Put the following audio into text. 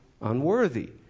unworthy